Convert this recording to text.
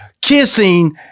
kissing